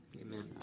Amen